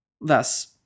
Thus